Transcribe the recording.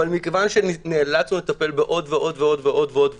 אבל מכיוון שנאלצנו לטפל בעוד ועוד דברים,